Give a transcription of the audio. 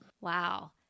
Wow